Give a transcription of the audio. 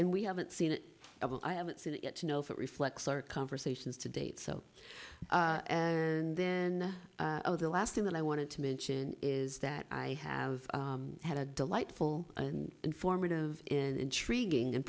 and we haven't seen it i haven't seen it yet to know if it reflects our conversations to date so and then the last thing that i wanted to mention is that i have had a delightful informative in intriguing and